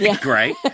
Great